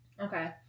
Okay